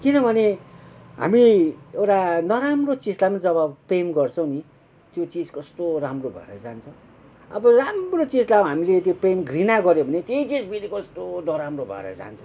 किनभने हामी एउटा नराम्रो चिजलाई जब प्रेम गर्छौँ नि त्यो चिज कस्तो राम्रो भएर जान्छ अब राम्रो चिजलाई हामीले त्यो प्रेम घृणा गऱ्यो भने त्यही चिज फेरि कस्तो नराम्रो भएर जान्छ